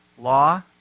Law